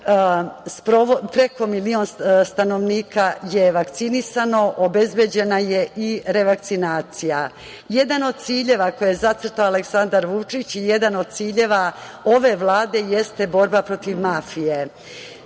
Preko milion stanovnika je vakcinisano, obezbeđena je i revakcinacija. Jedan od ciljeva koji je zacrtao Aleksandar Vučić i jedan od ciljeva ove Vlade jeste borba protiv mafije,